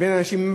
בין אנשים.